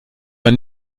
man